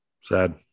Sad